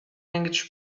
language